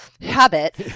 Habit